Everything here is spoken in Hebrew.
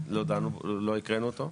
שלא הקראנו אותו.